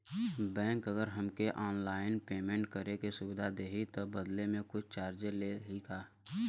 Bank अगर हमके online payment करे के सुविधा देही त बदले में कुछ चार्जेस लेही का?